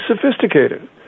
sophisticated